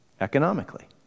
economically